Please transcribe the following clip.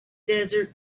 desert